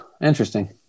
interesting